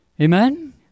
Amen